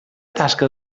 tasca